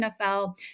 NFL